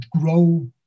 grow